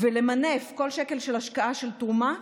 של תרומה,